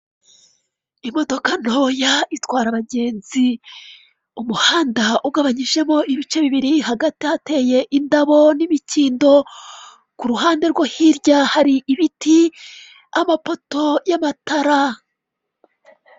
Imodoka ntoya itwara abagenzi umuhanda ugabanyijemo ibice bibiri hagati yateye indabo n'imikindo ku ruhande rwo hirya hari ibiti abapoto y'amatara.